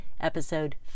episode